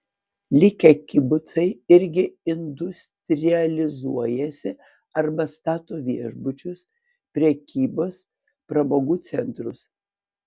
likę kibucai irgi industrializuojasi arba stato viešbučius prekybos pramogų centrus